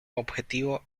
objetivo